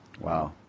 Wow